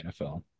NFL